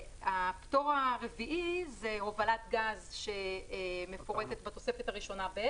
הפטור הרביעי זה הובלת גז שמפורטת בתוספת הראשונה ב'.